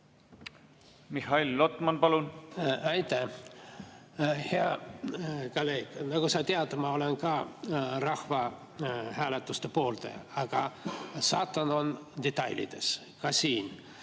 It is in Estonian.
Mihhail Lotman, palun! Aitäh! Hea kolleeg! Nagu sa tead, ma olen ka rahvahääletuste pooldaja. Aga saatan on detailides. Ka siin.